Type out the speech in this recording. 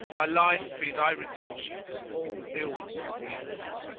my life be thy redemption from all ills and evils!